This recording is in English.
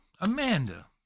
Amanda